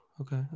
okay